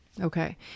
Okay